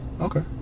Okay